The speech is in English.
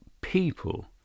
people